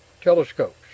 Telescopes